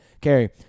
Carrie